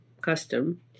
custom